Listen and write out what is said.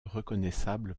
reconnaissable